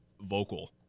vocal